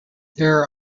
there